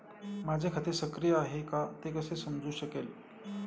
माझे खाते सक्रिय आहे का ते कसे समजू शकेल?